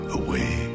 away